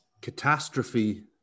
catastrophe